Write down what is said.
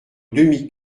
demi